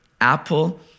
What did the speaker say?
apple